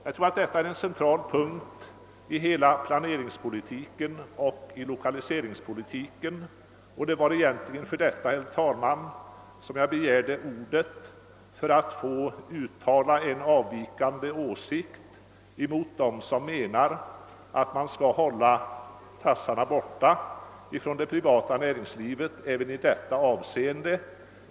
Jag anser att detta är en central punkt i hela planeringspolitiken och i lokaliseringspolitiken. Jag begärde egentligen ordet, herr talman, för att få uttala en avvikande åsikt gentemot dem som menar att man skall hålla tassarna borta från det privata näringslivet också i detta avseende.